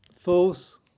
false